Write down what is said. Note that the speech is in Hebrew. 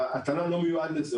התל"ן לא מיועד לזה,